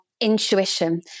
intuition